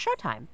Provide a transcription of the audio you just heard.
showtime